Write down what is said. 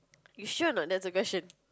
you sure a not that's the question